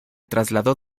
trasladó